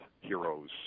heroes